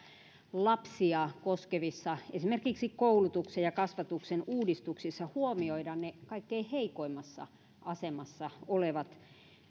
lapsia koskevissa esimerkiksi koulutuksen ja kasvatuksen uudistuksissa huomioidaan ne kaikkein heikoimmassa asemassa olevat